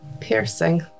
Piercing